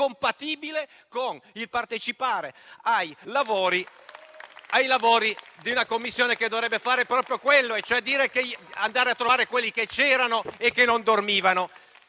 incompatibile con il partecipare ai lavori di una Commissione che dovrebbe fare proprio quello, e cioè andare a trovare quelli che c'erano e non dormivano.